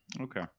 Okay